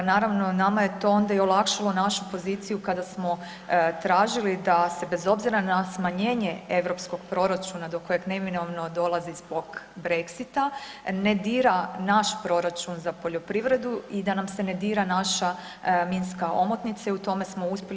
Naravno nama je to onda i olakšalo našu poziciju kada smo tražili da se bez obzira na smanjenje europskog proračuna do kojeg neminovno dolazi zbog Brexita ne dira naš proračun za poljoprivredu i da nam se ne dira naša minska omotnica i u tome smo uspjeli.